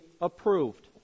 approved